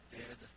dead